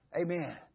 amen